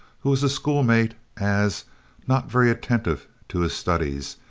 who was a schoolmate, as not very attentive to his studies,